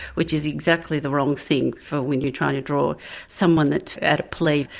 which is exactly the wrong thing for when you're trying to draw someone that's at a plea,